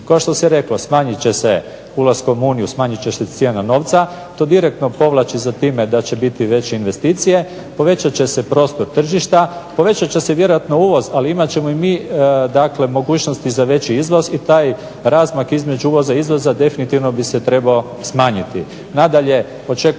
Kao što se reklo smanjit će se ulaskom u Uniju smanjit će se cijena novca. To direktno povlači za time da će biti veće investicije, povećat će se prostor tržišta, povećat će se vjerojatno uvoz, ali imat ćemo i mi dakle mogućnosti za veći izvoz. I taj razmak između uvoza i izvoza definitivno bi se trebao smanjiti.